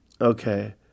Okay